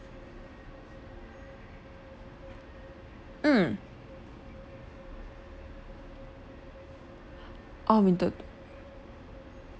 mm oh winter